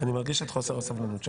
אני מרגיש את חוסר סבלנות שלך.